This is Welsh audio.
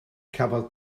cafodd